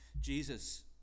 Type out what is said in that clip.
Jesus